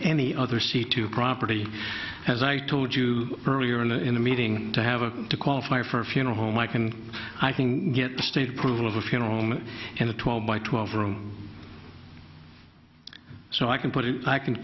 any other c to property as i told you earlier in the meeting to have to qualify for a funeral home i can i think get the state approval of a funeral home and a twelve by twelve room so i can put it i can